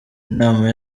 inama